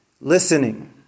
Listening